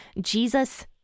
Jesus